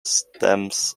stems